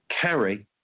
carry